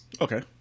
Okay